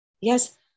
Yes